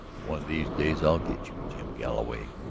one of these days i'll get you, jim galloway,